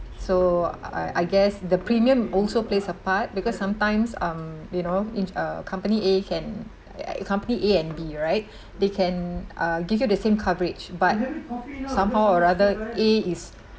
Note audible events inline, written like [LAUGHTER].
so uh I guess the premium also plays a part because sometimes um you know i~ uh company A can uh company A and B right [BREATH] they can uh give you the same coverage but somehow or rather A is